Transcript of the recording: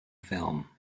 film